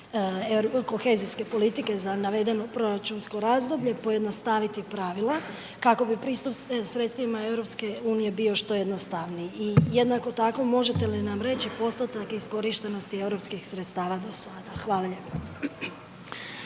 kohezijske politike za navedeno proračunsko razdoblje pojednostaviti pravila kako bi pristup sredstvima EU bio što jednostavniji i jednako tako možete li nam reći postotak iskorištenosti europskih sredstava do sada? Hvala lijepo.